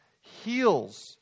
heals